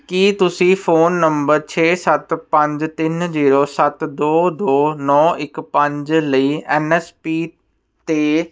ਕੀ ਤੁਸੀਂ phone number ਛੇ ਸੱਤ ਪੰਜ ਤਿੰਨ ਜੀਰੋ ਸੱਤ ਦੋ ਦੋ ਨੌਂ ਇੱਕ ਪੰਜ ਲਈ ਐੱਨ ਐੱਸ ਪੀ 'ਤੇ